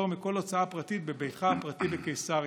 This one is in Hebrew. מכל הוצאה פרטית בביתך הפרטי בקיסריה.